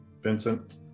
Vincent